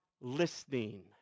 listening